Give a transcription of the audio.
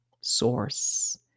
source